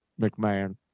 McMahon